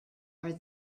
are